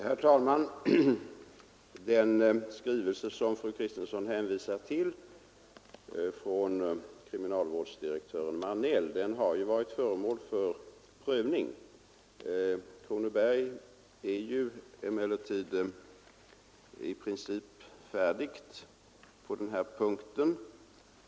Herr talman! Den skrivelse som fru Kristensson hänvisar till från kriminalvårdsdirektören Marnell har varit föremål för prövning. Kronoberg är emellertid i princip färdigt på den här punkten.